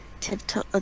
tiptoe